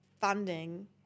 funding –